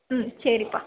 ம் சரிப்பா